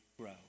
grow